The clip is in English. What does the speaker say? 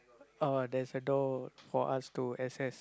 oh there is a door for us to access